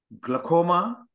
glaucoma